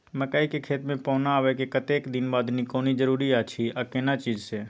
मकई के खेत मे पौना आबय के कतेक दिन बाद निकौनी जरूरी अछि आ केना चीज से?